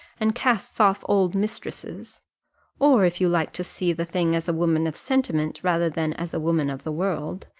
and casts off old mistresses or if you like to see the thing as a woman of sentiment rather than as a woman of the world,